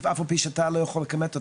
אף על-פי שאתה לא יכול לכמת אותן.